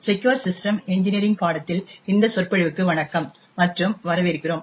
secure system engineering பாடத்தில் இந்த சொற்பொழிவுக்கு வணக்கம் மற்றும் வரவேற்கிறோம்